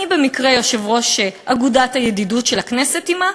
אני במקרה יושבת-ראש אגודת הידידות של הכנסת עמה,